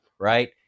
Right